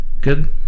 good